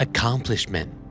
Accomplishment